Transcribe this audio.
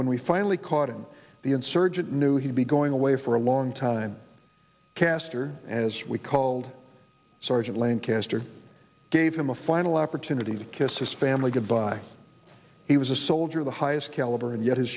when we finally caught him the insurgent knew he'd be going away for a long time caster as we called sergeant lancaster gave him a final opportunity to kiss his family goodbye he was a soldier the highest caliber and yet his